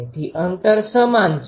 તેથી અંતર સમાન છે